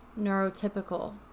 neurotypical